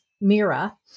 Mira